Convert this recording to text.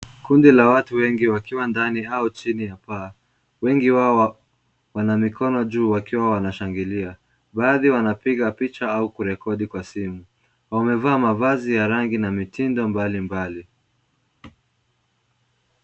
Kundi la watu wengi wakiwa ndani ya au chini ya paa. Wengi wao wana mikono juu wakiwa wanashangilia. Baadhi wanapiga picha au kurekodi kwa simu. Wamevaa mavazi ya rangi na mitindo mbali mbali.